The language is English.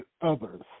others